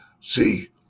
See